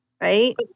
right